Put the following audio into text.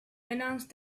announced